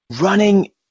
running